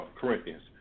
Corinthians